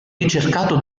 ricercato